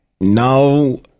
No